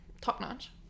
top-notch